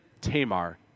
Tamar